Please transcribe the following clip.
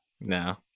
No